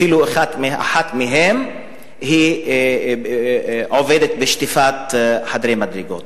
אפילו אחת מהם עובדת בשטיפת חדרי מדרגות.